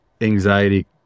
anxiety